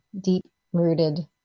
deep-rooted